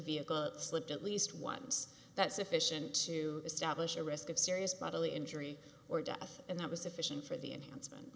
vehicle slipped at least once that's sufficient to establish a risk of serious bodily injury or death and that was sufficient for the enhancement